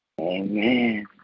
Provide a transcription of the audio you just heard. Amen